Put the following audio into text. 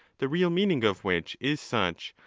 the real meaning of which is such,